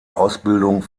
ausbildung